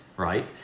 Right